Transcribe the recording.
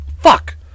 Fuck